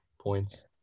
points